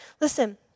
Listen